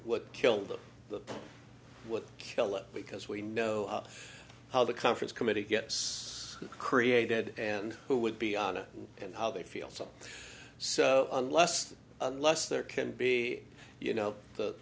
what killed the would kill it because we know how the conference committee gets created and who would be on it and how they feel so so unless unless there can be you know the